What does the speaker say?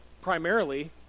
primarily